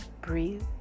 Breathe